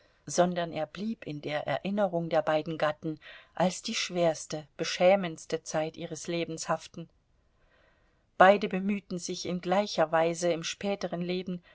sondern er blieb in der erinnerung der beiden gatten als die schwerste beschämendste zeit ihres lebens haften beide bemühten sich in gleicher weise im späteren leben